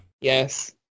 Yes